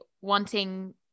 wanting